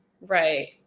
right